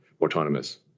autonomous